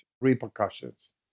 repercussions